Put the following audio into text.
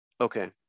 Okay